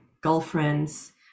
girlfriend's